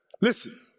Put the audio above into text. Listen